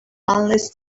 unless